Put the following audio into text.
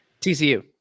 TCU